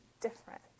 different